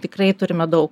tikrai turime daug